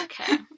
Okay